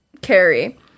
Carrie